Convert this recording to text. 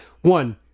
one